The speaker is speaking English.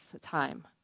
time